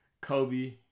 Kobe